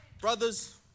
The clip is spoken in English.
Brothers